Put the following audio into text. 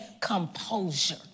composure